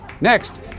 Next